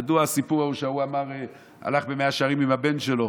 ידוע הסיפור על זה שהלך במאה שערים עם הבן שלו